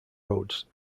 roads